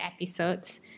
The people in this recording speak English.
episodes